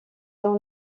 dans